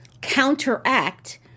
counteract